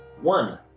One